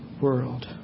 world